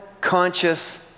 conscious